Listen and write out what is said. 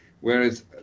whereas